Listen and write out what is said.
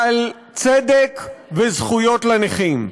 על צדק וזכויות לנכים.